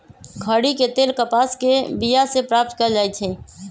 खरि के तेल कपास के बिया से प्राप्त कएल जाइ छइ